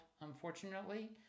unfortunately